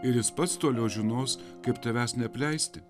ir jis pats toliau žinos kaip tavęs neapleisti